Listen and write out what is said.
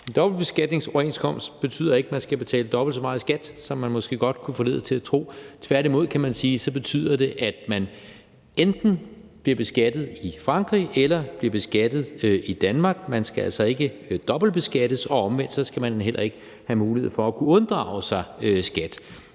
En dobbeltbeskatningsoverenskomst betyder ikke, at man skal betale dobbelt så meget i skat, som man måske godt kunne forledes til at tro. Tværtimod, kan man sige, betyder det, at man enten bliver beskattet i Frankrig eller i Danmark; man skal altså ikke dobbeltbeskattes. Og omvendt skal man heller ikke have mulighed for at kunne unddrage sig